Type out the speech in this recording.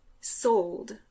sold